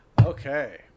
Okay